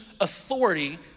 authority